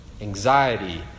anxiety